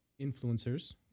influencers